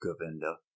Govinda